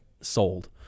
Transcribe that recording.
Sold